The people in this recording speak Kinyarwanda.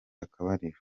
akabariro